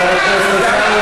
חבר הכנסת עיסאווי פריג',